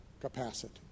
capacity